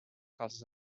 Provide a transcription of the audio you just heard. calces